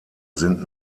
sind